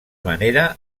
manera